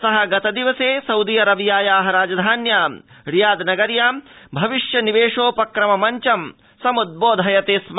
स गतदिवसे सउदी अरबियाया राजधान्यां रियाद नगर्यां भविष्य निवेशोपक्रम मञ्चं सम्बोधायति स्म